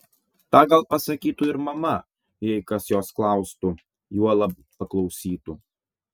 tą gal pasakytų ir mama jei kas jos klaustų juolab paklausytų